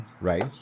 Right